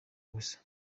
gusa